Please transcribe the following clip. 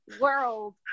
world